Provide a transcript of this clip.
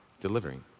delivering